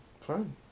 Fine